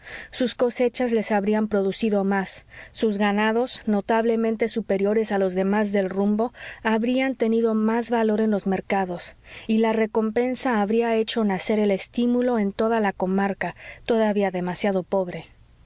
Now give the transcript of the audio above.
sus cosechas les habrían producido más sus ganados notablemente superiores a los demás del rumbo habrían tenido más valor en los mercados y la recompensa habría hecho nacer el estímulo en toda la comarca todavía demasiado pobre